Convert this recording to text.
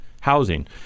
housing